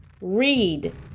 read